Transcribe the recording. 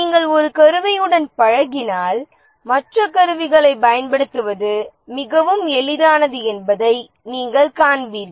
நீங்கள் ஒரு கருவியுடன் பழகினால் மற்ற கருவிகளைப் பயன்படுத்துவது மிகவும் எளிதானது என்பதை நீங்கள் காண்பீர்கள்